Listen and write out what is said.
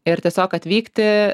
ir tiesiog atvykti